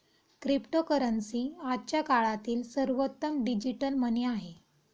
cryptocurrency आजच्या काळातील सर्वोत्तम डिजिटल मनी आहे